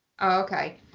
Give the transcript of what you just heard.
Okay